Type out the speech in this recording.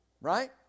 Right